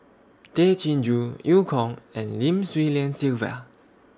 Tay Chin Joo EU Kong and Lim Swee Lian Sylvia